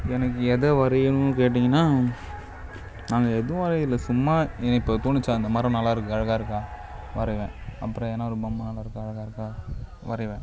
எனக்கு எதை வரையணுனு கேட்டிங்கன்னால் நாங்கள் எதுவும் வரையலை சும்மா இப்போ தோணிச்சா இந்த மரம் நல்லாயிருக்கு அழகாயிருக்கா வரைவேன் அப்புறம் எதனா ஒரு பொம்மை நல்லாயிருக்கா அழகாயிருக்கா வரைவேன்